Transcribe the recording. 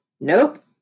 Nope